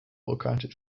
accounted